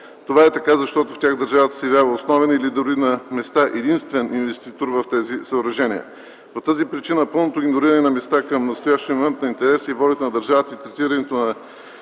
Това е така, защото в тях държавата се явява основен, дори на места единствен инвеститор в тези съоръжения. По тази причина - пълното игнориране на места към настоящия момент на интереси и волята на държавата, и третирането на